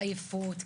עייפות,